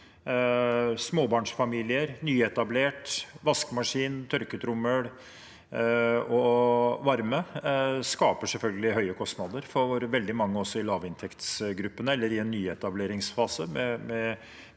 småbarnsfamilier og nyetablerte. Vaskemaskin, tørketrommel og varme skaper selvfølgelig høye kostnader for veldig mange også i lavinntektsgruppene eller i en nyetableringsfase